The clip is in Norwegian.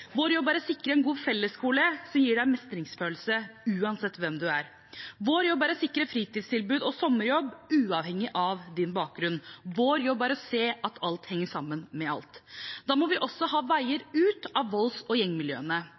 Vår jobb er å sikre en god fellesskole som gir mestringsfølelse uansett hvem man er. Vår jobb er å sikre fritidstilbud og sommerjobb, uavhengig av ens bakgrunn. Vår jobb er å se at alt henger sammen med alt. Da må vi også ha veier ut av volds- og gjengmiljøene.